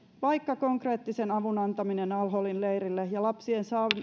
vaikka konkreettisen avun antaminen al holin leirillä ja lapsien